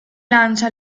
lancia